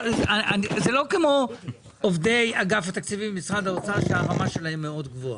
זה לא כמו עובדי אגף התקציבים במשרד האוצר שהרמה שלהם מאוד גבוהה.